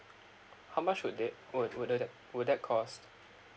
how much would it would would that would that cost